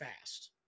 fast